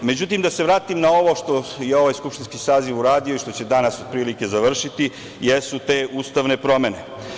Međutim, da se vratim na ovo što je ovaj skupštinski saziv uradio i što će danas, otprilike završiti jesu te ustavne promene.